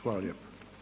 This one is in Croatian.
Hvala lijepa.